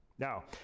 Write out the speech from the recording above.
Now